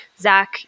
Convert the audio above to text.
Zach